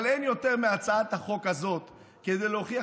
אבל אין יותר מהצעת החוק הזאת כדי להוכיח